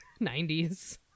90s